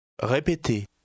Répétez